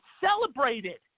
celebrated